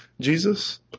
Jesus